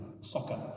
soccer